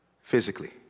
physically